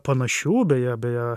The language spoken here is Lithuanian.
panašių beje beje